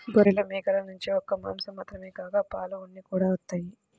గొర్రెలు, మేకల నుంచి ఒక్క మాసం మాత్రమే కాక పాలు, ఉన్ని కూడా వత్తయ్